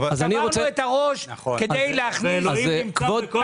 שברנו את הראש כדי להכניס --- ואלוהים נמצא בכל מקום.